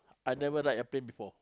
I never ride a plane before